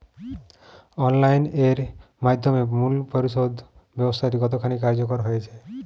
Online এর মাধ্যমে মূল্য পরিশোধ ব্যাবস্থাটি কতখানি কার্যকর হয়েচে?